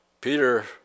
Peter